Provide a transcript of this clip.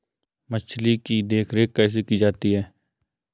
मछली की देखरेख कैसे की जाती है?